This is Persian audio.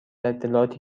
اطلاعاتی